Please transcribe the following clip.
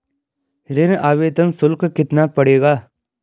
ऋण आवेदन शुल्क कितना पड़ेगा?